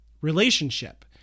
relationship